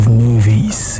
movies